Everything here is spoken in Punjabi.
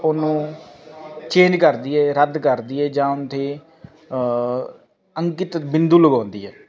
ਉਹਨੂੰ ਚੇਂਜ ਕਰਦੀ ਏ ਰੱਦ ਕਰਦੀ ਏ ਜਾਂ ਤਾਂ ਅੰਕਿਤ ਬਿੰਦੂ ਲਗਾਉਂਦੀ ਹੈ